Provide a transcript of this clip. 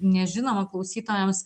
nežinoma klausytojams